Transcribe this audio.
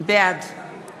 בעד